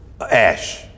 Ash